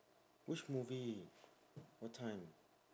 which movie what time